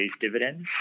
dividends